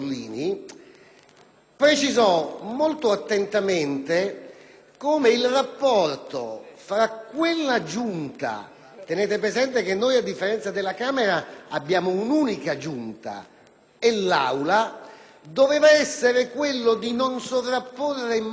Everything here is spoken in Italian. precisò molto attentamente come il rapporto tra quella Giunta - tenete presente che noi, a differenza della Camera, abbiamo un'unica Giunta - e l'Aula doveva essere quello di non sovrapporre mai